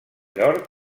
york